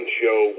show